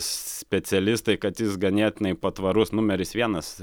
specialistai kad jis ganėtinai patvarus numeris vienas